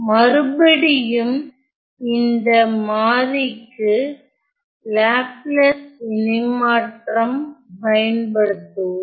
மறுபடியும் இந்த மாறிக்கு லாப்லாஸ் இணைமாற்றம் பயன்படுத்துவோம்